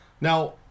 Now